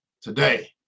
today